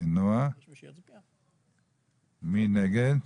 מי נגד?